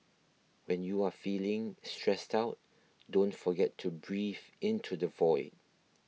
when you are feeling stressed out don't forget to breathe into the void